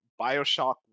bioshock